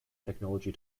technology